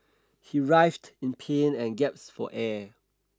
he writhed in pain and gasped for air